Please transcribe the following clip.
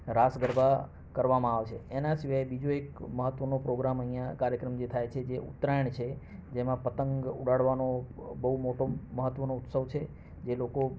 રાસ ગરબા કરવામાં આવે છે એના સિવાય બીજો એક મહત્ત્વનો પ્રોગ્રામ અહીંયાં કાર્યક્રમ જે થાય છે જે ઉત્તરાયણ છે જેમાં પતંગ ઉડાડવાનો બહુ મોટો મહત્ત્વનો ઉત્સવ છે જે લોકો